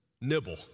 nibble